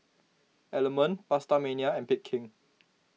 Element PastaMania and Bake King